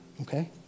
Okay